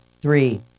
three